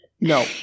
No